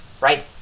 right